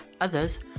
others